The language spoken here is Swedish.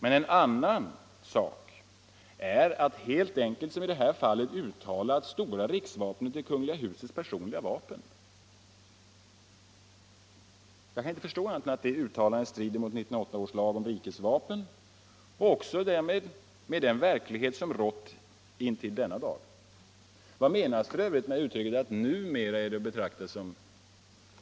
En annan sak är att helt enkelt som i detta fall uttala, att stora riksvapnet är Kungl. husets personliga vapen. Jag kan inte förstå annat än att det uttalandet strider mot 1908 års lag om rikets vapen och därmed också mot den verklighet som rått intill denna dag. Vad menas f. ö. med ordet ”numera” i detta sammanhang?